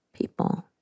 people